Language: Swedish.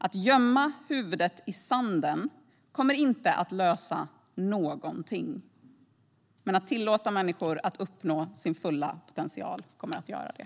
Att gömma huvudet i sanden kommer inte att lösa någonting. Men att tillåta människor att uppnå sin fulla potential kommer att göra det.